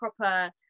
proper